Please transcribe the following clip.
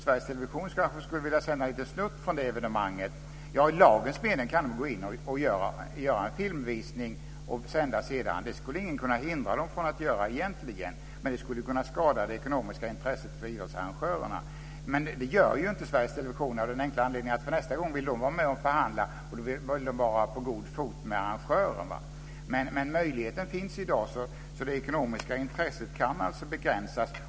Sveriges Television skulle kanske vilja sända en liten snutt från det evenemanget. I lagens mening kan man gå in och göra en filminspelning och sända sedan. Det skulle ingen kunna hindra dem från att göra, egentligen. Men det skulle kunna skada det ekonomiska intresset för idrottsarrangörerna. Detta gör ju inte Sveriges Television av den enkla anledningen att man nästa gång vill vara med och förhandla. Då vill man stå på god fot med arrangörerna. Men möjligheten finns i dag. Så det ekonomiska intresset kan alltså begränsas.